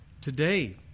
today